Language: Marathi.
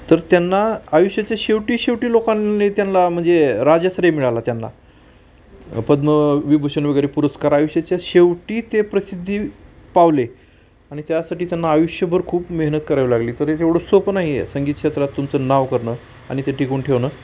तर त्यांना आयुष्याच्या शेवटी शेवटी लोकांनी त्यांना म्हणजे राजश्री मिळाला त्यांना पद्मविभूषणवगैरे पुरस्कार आयुष्याच्या शेवटी ते प्रसिद्धी पावले आणि त्यासाठी त्यांना आयुष्यभर खूप मेहनत करावी लागली तर ते एवढं सोप नाही आहे संगीत क्षेत्रात तुमचं नाव करणं आणि ते टिकून ठेवणं